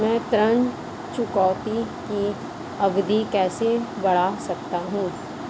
मैं ऋण चुकौती की अवधि कैसे बढ़ा सकता हूं?